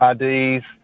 IDs